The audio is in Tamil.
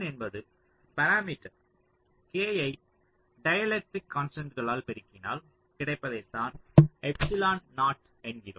என்பது பாராமீட்டர் k யை டைஎலெக்ட்ரிக் கான்ஸ்டன்ட்களால் பெருக்கினால் கிடைப்பதை தான் என்கிறோம்